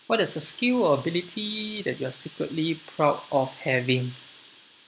what is a skill or ability that you are secretly proud of having